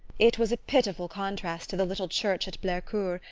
it was a pitiful contrast to the little church at blercourt,